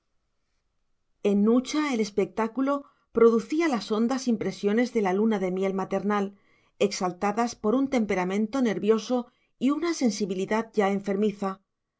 en nucha el espectáculo producía las hondas impresiones de la luna de miel maternal exaltadas por un temperamento nervioso y una sensibilidad ya enfermiza